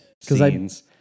scenes